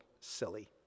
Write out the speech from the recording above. silly